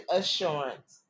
assurance